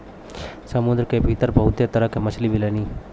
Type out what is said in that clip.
समुंदर के भीतर बहुते तरह के मछली मिलेलीन